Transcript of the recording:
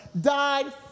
died